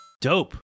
dope